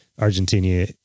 Argentina